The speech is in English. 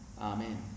Amen